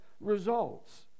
results